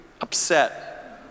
upset